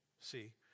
See